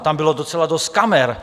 Tam bylo docela dost kamer.